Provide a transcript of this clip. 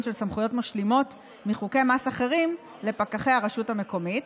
של סמכויות משלימות מחוקי מס אחרים לפקחי הרשות המקומית,